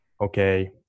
okay